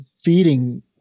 feeding